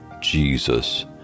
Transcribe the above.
Jesus